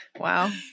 wow